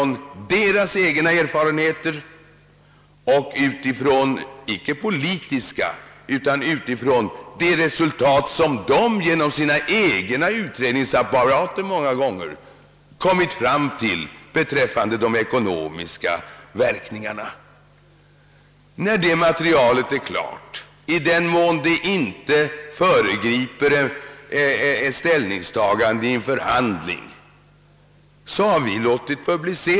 av deras egna erfarenheter, på basis icke av politiska överväganden utan av de resultat som de, många gånger genom sina egna utredningsapparater, kommit fram till beträffade de ekonomiska verkningarna. När detta material blivit klart har vi låtit publicera en del av det i den mån det inte föregripit ett ställningstagande i en förhandling.